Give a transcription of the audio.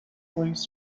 leads